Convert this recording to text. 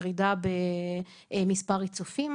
ירידה במספר ריצופים.